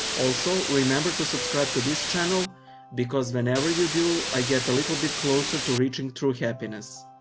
also, remember to subscribe to this channel because whenever you do, i get a little bit closer to reaching true happiness.